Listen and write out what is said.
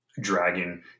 dragon